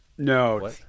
No